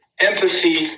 empathy